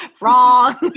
Wrong